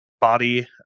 body